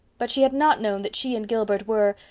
but she had not known that she and gilbert were,